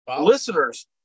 Listeners